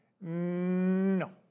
No